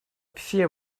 все